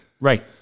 Right